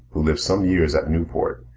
who lived some years at newport,